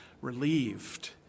relieved